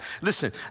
listen